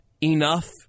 enough